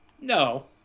No